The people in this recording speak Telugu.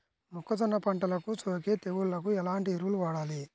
మొక్కజొన్న పంటలకు సోకే తెగుళ్లకు ఎలాంటి ఎరువులు వాడాలి?